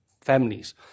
families